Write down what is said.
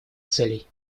целей